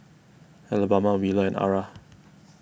Alabama Wheeler and Arah